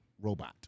robot